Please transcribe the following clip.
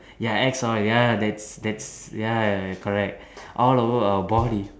ya axe oil ya that's that's ya correct all over our body